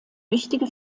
wichtige